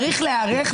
צריך להיערך,